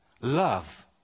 love